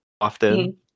often